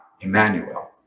Emmanuel